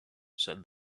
said